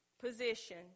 position